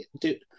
dude